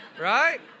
right